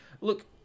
Look